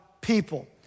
people